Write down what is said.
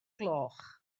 gloch